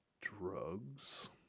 drugs